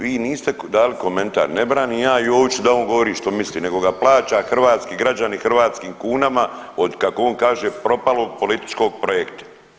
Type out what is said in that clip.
Vi niste dali komentar, ne branim ja Joviću da on govori što misli nego ga plaća hrvatski građani hrvatskim kunama od kako on kaže propalog političkog projekta.